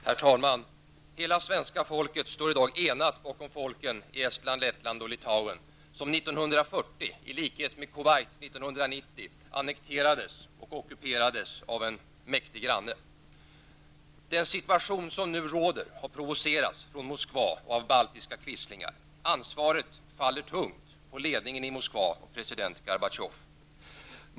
Herr talman! Hela svenska folket står i dag enat bakom folken i Estland, Lettland och Litauen som 1940, i likhet med Kuwait 1990, annekterades och ockuperades av en mäktig granne. Den situation som nu råder har provocerats fram från Moskva och av baltiska quislingar. Ansvaret faller tungt på ledningen i Moskva och på president Gorbatjov.